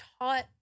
taught